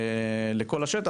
לכל השטח,